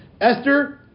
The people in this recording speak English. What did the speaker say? Esther